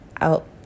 out